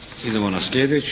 Idemo na sljedeću